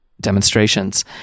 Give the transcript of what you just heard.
demonstrations